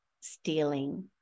stealing